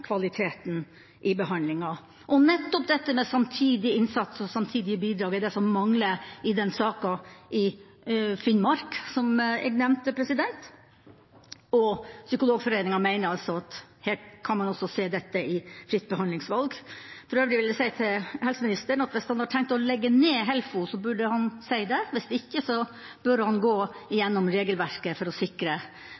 kvaliteten i behandlinga. Nettopp dette med samtidig innsats og samtidige bidrag er det som mangler i den saka i Finnmark, som jeg nevnte, og Psykologforeningen mener altså at her kan man også se dette som fritt behandlingsvalg. For øvrig vil jeg si til helseministeren at hvis han har tenkt å legge ned HELFO, burde han si det. Hvis ikke bør han gå